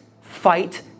fight